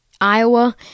Iowa